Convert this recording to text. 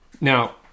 Now